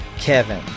Kevin